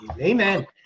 amen